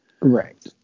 Right